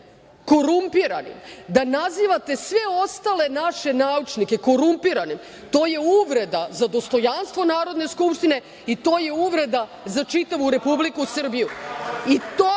korumpiranim, da nazivate sve ostale naše naučnike korumpiranim, to je uvreda za dostojanstvo Narodne skupštine i to je uvreda za čitavu Republiku Srbiju